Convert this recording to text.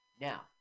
Now